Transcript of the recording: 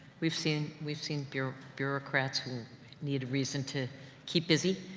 we've seen, we've seen bureau bureaucrats, who need a reason to keep busy.